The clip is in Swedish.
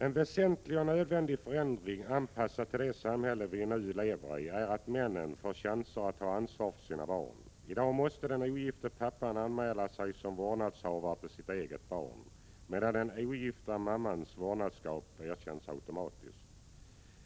En väsentlig och nödvändig förändring anpassad till det samhälle vi nu lever i är att männen får chanser att ta ansvar för sina barn. I dag måste den ogifte pappan anmäla sig som vårdnadshavare till sitt eget barn, medan den ogifta mammans vårdnadskap erkänns automatiskt.